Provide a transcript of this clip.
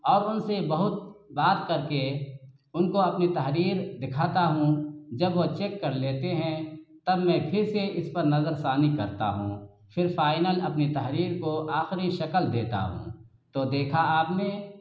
اور ان سے بہت بات کر کے ان کو اپنی تحریر دکھاتا ہوں جب وہ چیک کر لیتے ہیں تب میں پھر سے اس پر نظر ثانی کرتا ہوں پھر فائنل اپنی تحریر کو آخری شکل دیتا ہوں تو دیکھا آپ نے